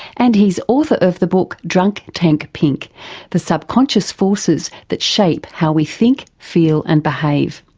and he's author of the book drunk tank pink the subconscious forces that shape how we think, feel and behave.